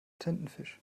tintenfisch